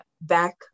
back